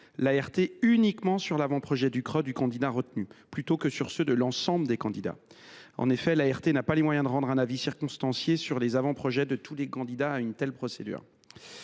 de régulation économique (CRE) du candidat retenu, plutôt que sur ceux de l’ensemble des candidats. En effet, l’ART n’a pas les moyens de rendre un avis circonstancié sur les avant projets de tous les candidats à une telle procédure.